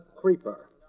Creeper